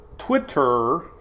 twitter